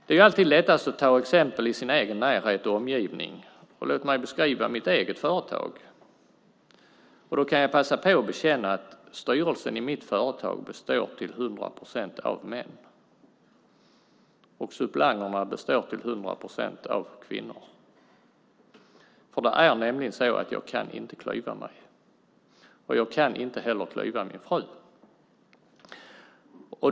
Det är alltid lättast att ta exempel i sin egen närhet och omgivning. Låt mig därför beskriva mitt eget företag. Jag kan passa på att bekänna att styrelsen i mitt företag består till 100 procent av män, och suppleanterna består till 100 procent av kvinnor. Jag kan nämligen inte klyva mig, och jag kan inte heller klyva min fru.